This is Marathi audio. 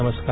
नमस्कार